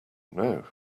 know